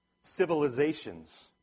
civilizations